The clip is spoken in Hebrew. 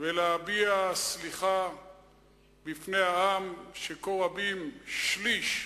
ולהביע סליחה בפני העם שכה רבים ממנו, שליש,